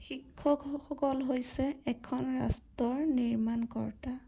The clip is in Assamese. শিক্ষকসকল হৈছে এখন ৰাষ্ট্ৰৰ নিৰ্মাণ কৰ্তা